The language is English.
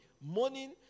morning